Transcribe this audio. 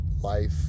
Life